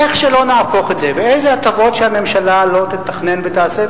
איך שלא נהפוך את זה ואיזה הטבות שהממשלה לא תתכנן ותעשה,